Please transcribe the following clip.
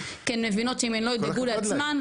כי הן מבינות שאם הן לא ידאגו לעצמן,